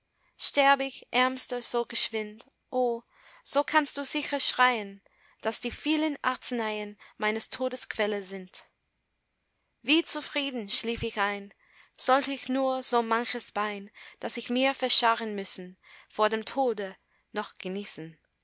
sterb ich ärmster so geschwind o so kannst du sicher schreien daß die vielen arzeneien meines todes quelle sind wie zufrieden schlief ich ein sollt ich nur so manches bein das ich mir verscharren müssen vor dem tode noch genießen